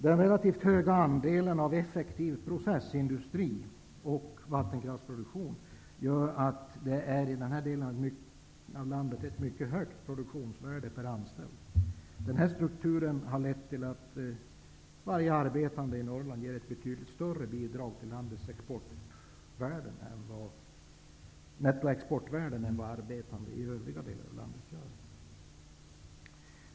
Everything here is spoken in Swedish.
Den relativt höga andelen av effektiv processindustri och vattenkraftsproduktion ger denna del av landet ett mycket högt produktionsvärde per anställd. Denna struktur har lett till att varje arbetande i Norrland ger ett betydligt större bidrag till landets nettoexportvärde än vad arbetande i övriga landet gör.